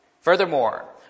Furthermore